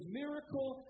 miracle